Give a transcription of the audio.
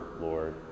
Lord